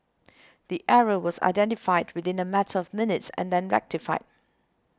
the error was identified within a matter of minutes and then rectified